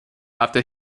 after